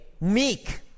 meek